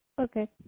Okay